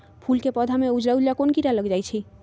फूल के पौधा में उजला उजला कोन किरा लग जई छइ?